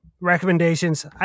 recommendations